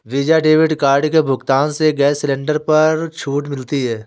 visa debit card के भुगतान से गैस सिलेंडर पर छूट मिलती है